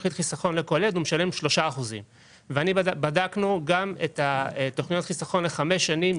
בתכנית חיסכון לכל ילד הוא משלם 3%. בדקנו גם את תכניות החיסכון לחמש שנים.